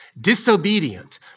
disobedient